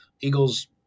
Eagles